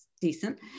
decent